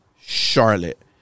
Charlotte